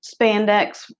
spandex